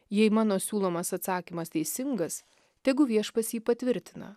jei mano siūlomas atsakymas teisingas tegu viešpats jį patvirtina